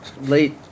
late